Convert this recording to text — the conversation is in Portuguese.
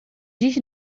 diz